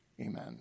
Amen